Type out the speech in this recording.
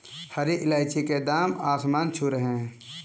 हरी इलायची के दाम आसमान छू रहे हैं